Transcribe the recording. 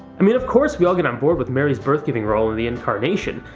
i mean of course we all get on board with mary's birthgiving role in the incarnation,